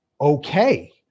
Okay